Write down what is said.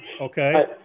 okay